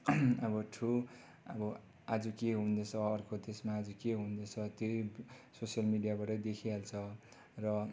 अब थ्रू अब आज के हुँदैछ अर्को देशमा आज के हुँदैछ त्यही सोसियल मिडियाबाटै देखिहाल्छ र